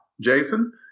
Jason